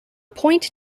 point